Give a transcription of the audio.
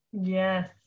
Yes